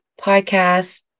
podcast